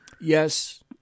yes